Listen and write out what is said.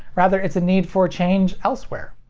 rather it's a need for change elsewhere.